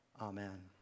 Amen